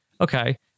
Okay